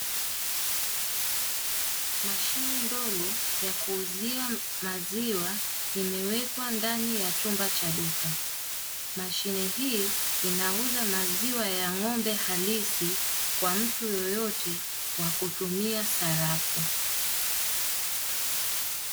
Mashine ndogo ya kuuzia maziwa imewekwa ndani ya chumba cha duka. Mashine hii inauza maziwa ya ng'ombe halisi kwa mtu yoyote kwa kutumia sarafu.